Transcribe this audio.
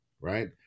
Right